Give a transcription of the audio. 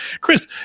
Chris